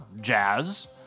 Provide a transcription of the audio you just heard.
Jazz